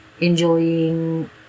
enjoying